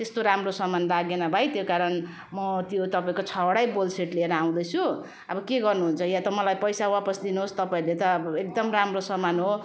त्यस्तो राम्रो सामान लागेन भाइ त्यही कारण म त्यो तपाईँको छवटै बोल सेट लिएर आउँदै छु अब के गर्नु हुन्छ वा त मलाई पैसा वापस दिनु होस् तपाईँहरूले त अब एकदम राम्रो सामान हो